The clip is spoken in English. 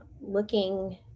looking